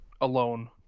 alone